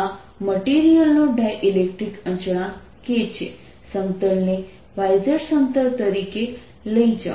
આ મટીરીયલનો ડાઇલેક્ટ્રિક અચળાંક k છે સમતલ ને y z સમતલ તરીકે લઈ જાઓ